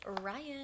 Ryan